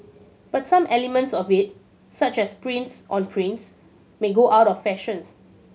but some elements of it such as prints on prints may go out of fashion